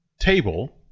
table